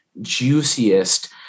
juiciest